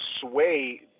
sway